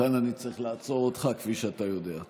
כאן אני צריך לעצור אותך, כפי שאתה יודע.